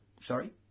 Sorry